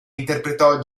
interpretò